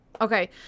Okay